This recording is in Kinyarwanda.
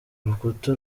rukuta